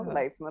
life